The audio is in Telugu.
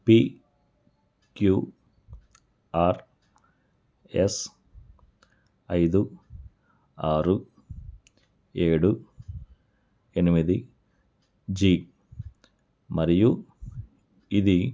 పీక్యూఆర్ఎస్ ఐదు ఆరు ఏడు ఎనిమిది జీ మరియు ఇది